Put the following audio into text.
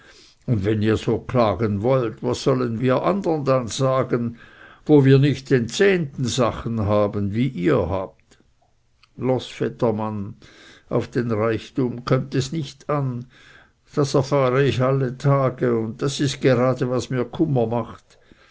und wenn ihr so klagen wollt was sollen wir andern dann sagen wo wir nicht den zehnten sachen haben wie ihr habt los vettermann auf den reichtum kömmt es nicht an das erfahre ich alle tage und das ist gerade was mir kummer macht